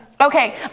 Okay